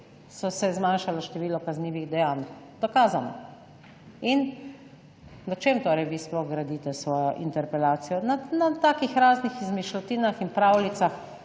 so se zmanjšalo število kaznivih dejanj, dokazano, in v čem torej vi sploh gradite svojo interpelacijo? Na takih raznih izmišljotinah in pravljicah